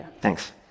Thanks